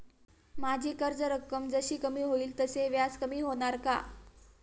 माझी कर्ज रक्कम जशी कमी होईल तसे व्याज कमी होणार का?